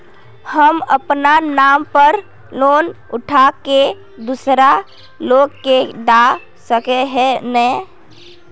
हम अपना नाम पर लोन उठा के दूसरा लोग के दा सके है ने